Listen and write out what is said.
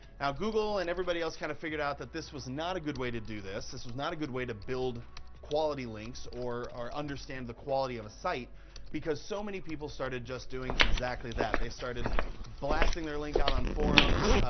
now, google and everybody else kinda kind of figured out that this was not a good way to do this, this was not a good way to build quality links or or understand the quality of a site because so many people started just doing exactly that. they starting blasting their link out on forums,